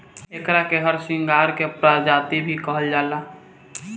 एकरा के हरसिंगार के प्रजाति भी कहल जाला